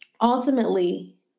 ultimately